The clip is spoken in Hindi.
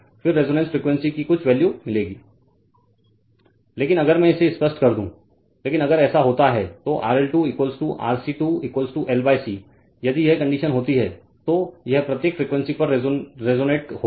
फिर रेजोनेंस फ्रीक्वेंसी की कुछ वैल्यू मिलेगी Refer Slide Time 0539 लेकिन अगर मैं इसे स्पष्ट कर दूं लेकिन अगर ऐसा होता है तो RL 2 RC 2 L C यदि यह कंडीशन होती है तो यह प्रत्येक फ्रीक्वेंसी पर रेजोनेट होगी